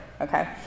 okay